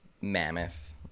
mammoth